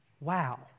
Wow